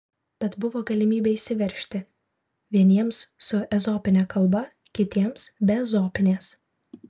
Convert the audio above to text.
bet buvo galimybė išsiveržti vieniems su ezopine kalba kitiems be ezopinės